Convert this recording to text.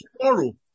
tomorrow